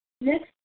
Next